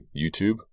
YouTube